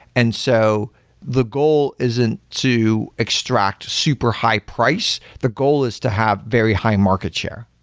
and so the goal isn't to extract super-high price. the goal is to have very high market share.